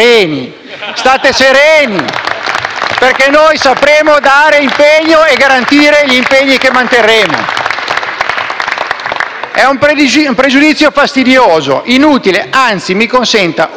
State sereni perché noi sapremo mantenere gli impegni che prenderemo. È un pregiudizio fastidioso, inutile, anzi, mi consenta, utile